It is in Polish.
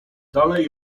dalej